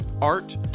art